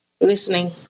Listening